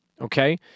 okay